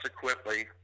subsequently